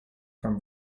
from